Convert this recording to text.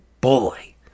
boy